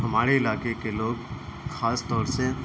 ہمارے علاقے کے لوگ خاص طور سے